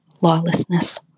lawlessness